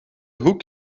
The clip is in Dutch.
hoek